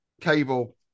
cable